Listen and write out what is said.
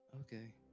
Okay